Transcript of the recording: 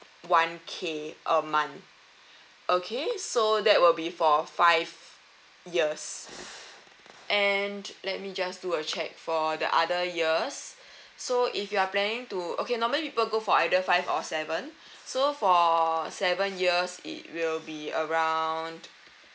one K a month okay so that will be for five years and let me just do a check for the other years so if you're planning to okay normally people go for either five or seven so for seven years it will be around